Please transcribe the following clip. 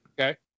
Okay